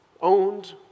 owned